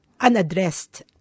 unaddressed